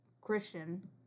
Christian